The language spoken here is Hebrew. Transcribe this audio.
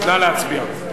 נא להצביע.